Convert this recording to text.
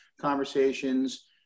conversations